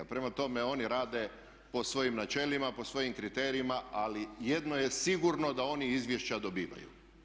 Prema tome oni rade po svojim načelima, po svojim kriterijima ali jedno je sigurno da oni izvješća dobivaju.